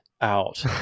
out